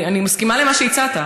אני מסכימה למה שהצעת.